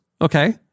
Okay